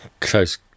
close